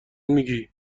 میگی